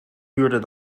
duurder